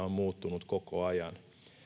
on muuttunut koko ajan